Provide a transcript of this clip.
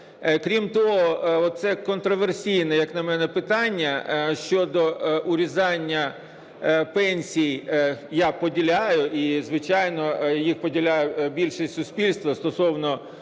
Крім того, оце контраверсійне, як на мене, питання щодо урізання пенсій, я поділяю, і, звичайно, їх поділяє більшість суспільства, стосовно